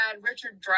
Richard